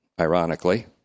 ironically